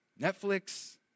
Netflix